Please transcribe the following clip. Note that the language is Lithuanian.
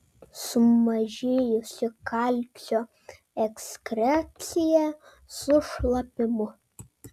sumažėjusi kalcio ekskrecija su šlapimu